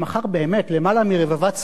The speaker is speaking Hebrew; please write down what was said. שמכר למעלה מרבבת ספרים,